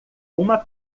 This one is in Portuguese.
uma